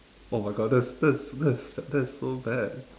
oh my god that's that's that's that's so bad